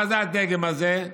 מה זה הדגם הזה?